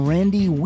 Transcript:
Randy